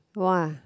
!wah!